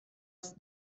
است